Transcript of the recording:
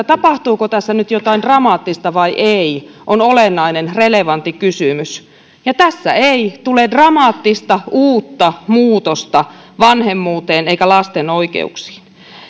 tapahtuuko tässä nyt jotain dramaattista vai ei on olennainen relevantti kysymys ja tässä ei tule dramaattista uutta muutosta vanhemmuuteen eikä lasten oikeuksiin